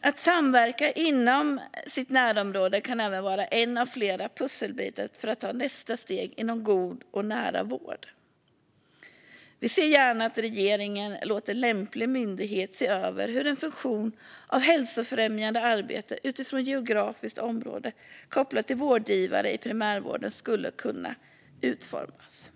Att samverka inom närområdet kan även vara en av flera pusselbitar för att ta nästa steg för en god och nära vård. Vi ser gärna att regeringen låter lämplig myndighet se över hur en funktion för hälsofrämjande arbete utifrån geografiskt område kopplat till vårdgivare i primärvården skulle kunna utformas.